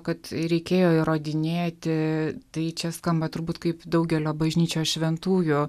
kad reikėjo įrodinėti tai čia skamba turbūt kaip daugelio bažnyčios šventųjų